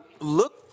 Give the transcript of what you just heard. look